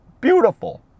beautiful